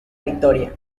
victoria